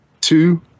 two